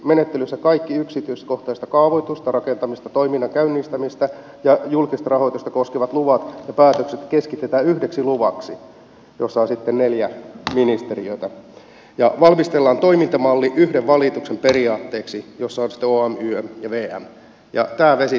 menettelyssä kaikki yksityiskohtaista kaavoitusta rakentamista toiminnan käynnistämistä ja julkista rahoitusta koskevat luvat ja päätökset keskitetään yhdeksi luvaksi jossa on neljä ministeriötä ja valmistellaan toimintamalli yhden valituksen periaatteeksi jossa on sitten om ym ja vm